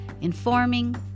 informing